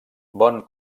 bon